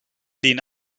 denen